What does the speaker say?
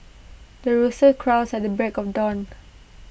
the rooster crows at break of dawn